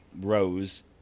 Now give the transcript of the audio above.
rose